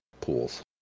pools